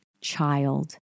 child